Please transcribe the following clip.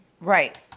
right